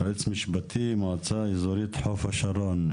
יועצת משפטית, מועצה אזורית חוף שרון.